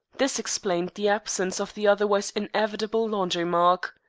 this explained the absence of the otherwise inevitable laundry-mark.